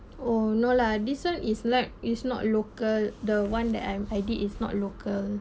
oh no lah this one is lag is not local the one that I'm I did is not local